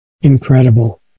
Incredible